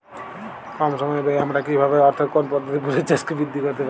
কম সময় ব্যায়ে আমরা কি ভাবে অর্থাৎ কোন পদ্ধতিতে ফুলের চাষকে বৃদ্ধি করতে পারি?